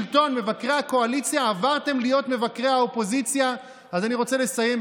בעברית או בערבית הוא אמר?